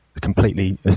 completely